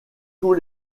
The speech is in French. tous